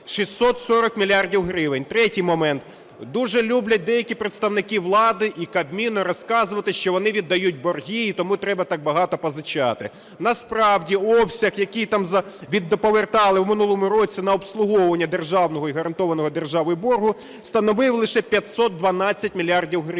640 мільярдів гривень. Третій момент. Дуже люблять деякі представники влади і Кабміну розказувати, що вони віддають борги і тому треба так багато позичати. Насправді обсяг, який там повертали в минулому році на обслуговування державного і гарантованого державою боргу, становив лише 512 мільярдів